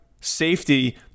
safety